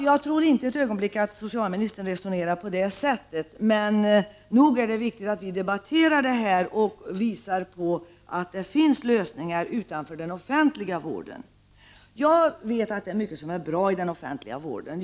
Jag tror inte ett ögonblick att socialministern resonerar på det sättet. Men nog är det viktigt att vi debatterar detta och visar att det finns lösningar utanför den offentliga vården. Jag vet att det är mycket som är bra i den offentliga vården.